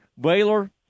Baylor